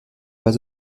pas